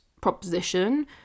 proposition